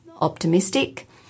optimistic